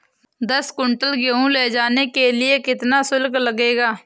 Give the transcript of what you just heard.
दस कुंटल गेहूँ ले जाने के लिए कितना शुल्क लगेगा?